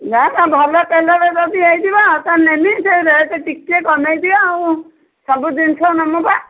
ନା ତ ଭଲ ତେଲର ବି ହୋଇଯିବ ଆଉ ତ ନେବି ସେ ରେଟ୍ ଟିକେ କମେଇଦିଅ ଆଉ ସବୁ ଜିନିଷ ନେବୁ ପା